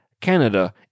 Canada